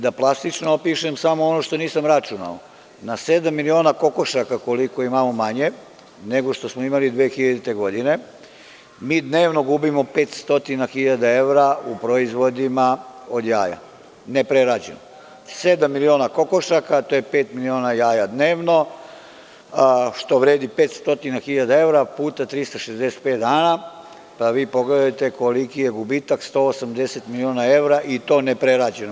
Da plastično opišem samo ono što nisam računao – na sedam miliona kokošaka, koliko imamo manje nego što smo imali 2000. godine, mi dnevno gubimo 500 hiljada evra u proizvodima od jaja, neprerađeno, sedam miliona kokošaka je pet miliona jaja dnevno, što vredi 500 hiljada evra, puta 365 dana, pa vi pogledajte koliki je gubitak, 180 miliona evra, i to neprerađeno.